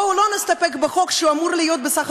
בואו לא נסתפק בחוק שאמור להיות בסך